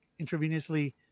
intravenously